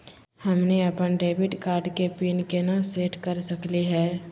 हमनी अपन debit card के पीन केना सेट कर सकली हे?